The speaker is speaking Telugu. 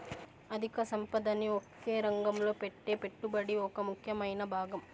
అధిక సంపదని ఒకే రంగంలో పెట్టే పెట్టుబడి ఒక ముఖ్యమైన భాగం